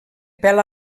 pèl